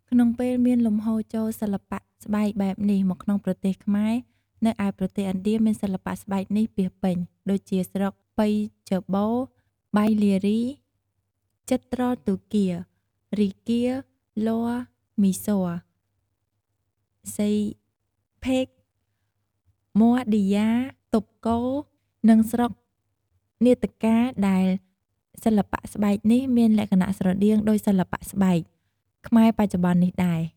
ក្នុងពេលមានលំហូរចូលសិល្បៈស្បែកបែបនេះមកក្នុងប្រទេសខ្មែរ នៅឯប្រទេសឥណ្ឌាមានសិល្បៈស្បែកនេះពាសពេញ ដូចជាស្រុកប៉ីជបូរ, បៃលារី, ជិត្រទូគ៌ា, រីង្គាឡ័រមីស័រ, ស្សីភេគ, ម័ងឌីយ៉ា, ទុបកូរ និងស្រុកនាតកាដែលសិល្បៈស្បែកនេះមានលក្ខណៈស្រដៀងដូចសិល្បៈស្បែក ខ្មែរបច្ចុប្បន្ននេះដែរ ។